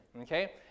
okay